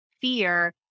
fear